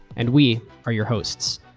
and we are your hosts.